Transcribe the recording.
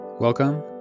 Welcome